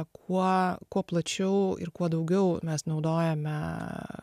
kuo kuo plačiau ir kuo daugiau mes naudojame